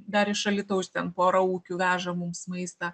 dar iš alytaus ten porą ūkių veža mums maistą